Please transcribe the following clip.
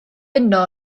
yno